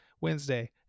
Wednesday